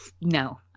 no